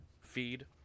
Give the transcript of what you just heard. Feed